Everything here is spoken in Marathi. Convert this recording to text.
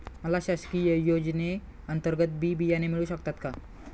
मला शासकीय योजने अंतर्गत बी बियाणे मिळू शकतात का?